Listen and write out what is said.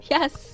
Yes